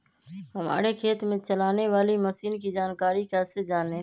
हमारे खेत में चलाने वाली मशीन की जानकारी कैसे जाने?